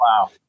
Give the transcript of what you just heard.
Wow